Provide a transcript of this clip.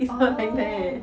orh